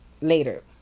later